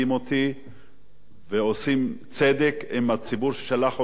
ועושים צדק עם הציבור ששלח אותי לכאן,